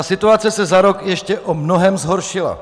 Situace se za rok ještě mnohem zhoršila.